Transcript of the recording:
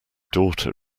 daughter